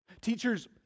Teachers